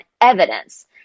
evidence